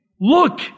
Look